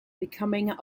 becoming